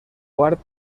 quart